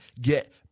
get